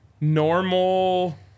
normal